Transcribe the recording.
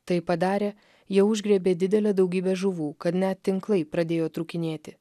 tai padarę jie užgriebė didelę daugybę žuvų kad net tinklai pradėjo trūkinėti